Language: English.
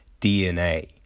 DNA